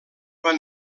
van